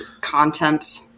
content